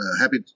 Happy